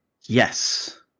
Yes